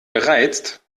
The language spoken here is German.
gereizt